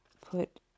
put